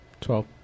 Twelve